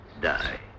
die